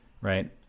right